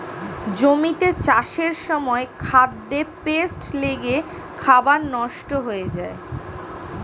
জমিতে চাষের সময় খাদ্যে পেস্ট লেগে খাবার নষ্ট হয়ে যায়